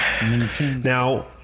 Now